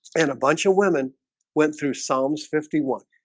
and a bunch of women went through psalms fifty one